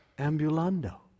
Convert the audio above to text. Ambulando